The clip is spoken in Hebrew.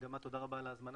וגם לך תודה רבה על ההזמנה,